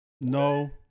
No